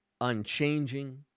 unchanging